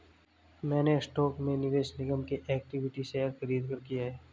मैंने स्टॉक में निवेश निगम के इक्विटी शेयर खरीदकर किया है